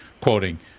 quoting